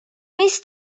mis